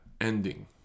ending